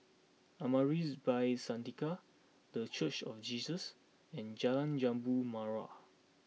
Amaris By Santika the Church of Jesus and Jalan Jambu Mawar